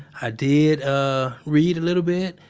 i did ah read a little bit.